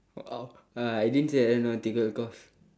uh I didn't say aeronautical course